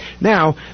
Now